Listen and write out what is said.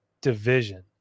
division